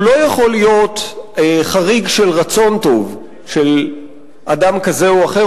הוא לא יכול להיות חריג של רצון טוב של אדם כזה או אחר,